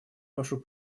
вашу